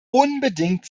unbedingt